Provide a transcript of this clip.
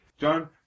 John